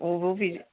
बबे बबे